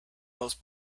most